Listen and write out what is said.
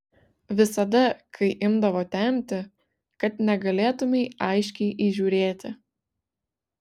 visada kai imdavo temti kad negalėtumei aiškiai įžiūrėti